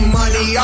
money